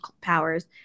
powers